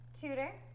tutor